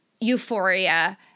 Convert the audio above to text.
Euphoria